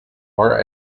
are